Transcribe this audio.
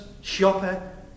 shopper